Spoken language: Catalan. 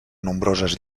nombroses